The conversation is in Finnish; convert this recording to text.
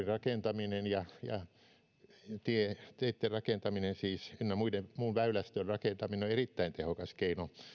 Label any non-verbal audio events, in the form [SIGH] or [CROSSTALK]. [UNINTELLIGIBLE] rakentaminen siis teitten rakentaminen ynnä muun väylästön rakentaminen on erittäin tehokas keino